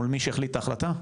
מול מי שהחליט החלטה?